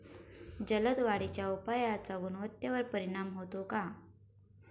जलद वाढीच्या उपायाचा गुणवत्तेवर परिणाम होतो का?